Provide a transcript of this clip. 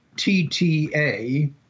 T-T-A